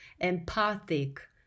empathic